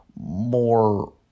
more